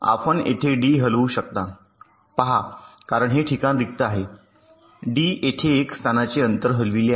आपण येथे डी हलवू शकता पहा कारण हे ठिकाण रिक्त आहे डी येथे 1 स्थानाचे अंतर हलविले आहे